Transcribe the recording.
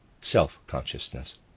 self-consciousness